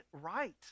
right